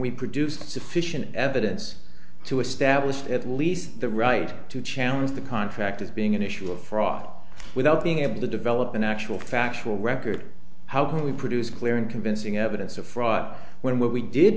we produced sufficient evidence to establish at least the right to challenge the contract as being an issue of for off without being able to develop an actual factual record how can we produce clear and convincing evidence of fraud when w